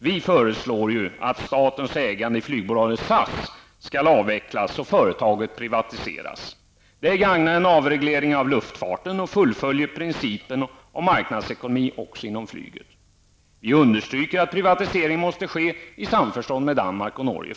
Vi föreslår att statens ägande i flygbolaget SAS skall avecklas och företaget privatiseras. Det gagnar en avreglering av luftfarten och fullföljer principen om marknadsekonomi också inom flyget. Vi understryker att privatiseringen förstås måste ske i samförstånd med Danmark och Norge.